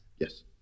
Yes